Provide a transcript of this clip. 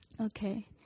Okay